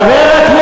עליהם.